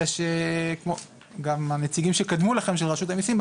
אלא שגם הנציגים שקדמו לכם של רשות המיסים,